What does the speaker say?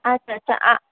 আচ্ছা আচ্ছা আ